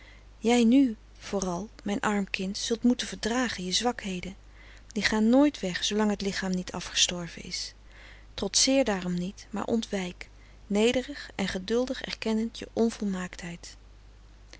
jij nu vooral mijn arm kind zult moeten verdragen je zwakheden die gaan nooit weg zoolang het lichaam niet afgestorven is trotseer daarom niet maar ontwijk nederig en geduldig erkennend je onvolmaaktheid